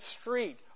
street